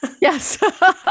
Yes